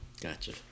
Gotcha